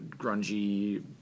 grungy